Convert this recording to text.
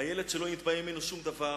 הילד שלא נתבע ממנו שום דבר